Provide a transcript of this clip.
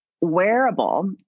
wearable